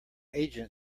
agent